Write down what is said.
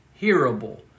hearable